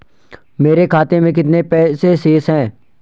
मेरे खाते में कितने पैसे शेष हैं?